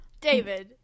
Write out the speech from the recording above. david